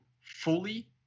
fully